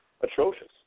atrocious